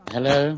Hello